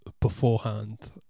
beforehand